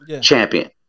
champion